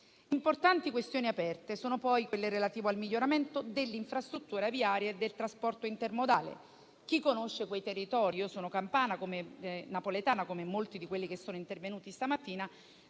Importanti questioni aperte sono poi quelle relative al miglioramento dell'infrastruttura viaria e del trasporto intermodale. Chi conosce quei territori - sono campana e napoletana, come molti di coloro che sono intervenuti questa mattina